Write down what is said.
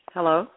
Hello